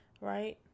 Right